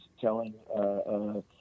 telling